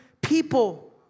people